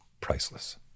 priceless